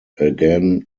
again